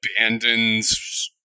Abandons